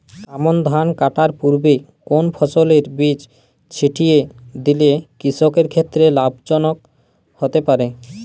আমন ধান কাটার পূর্বে কোন ফসলের বীজ ছিটিয়ে দিলে কৃষকের ক্ষেত্রে লাভজনক হতে পারে?